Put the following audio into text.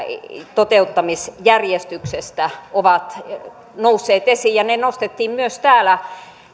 toteuttamisjärjestyksessä ovat nousseet esiin ja ne nostettiin myös täällä